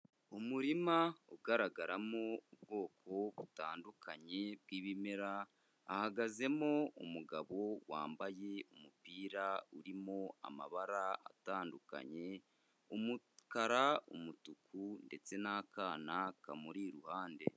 Umurima ugaragaramo ubwoko butandukanye bw'ibimera, hahagazemo umugabo wambaye umupira urimo amabara atandukanye, umukara, umutuku ndetse n'akana kamuri iruhande.